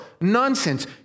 nonsense